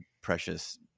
precious